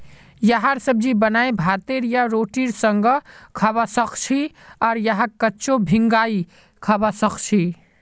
यहार सब्जी बनाए भातेर या रोटीर संगअ खाबा सखछी आर यहाक कच्चो भिंगाई खाबा सखछी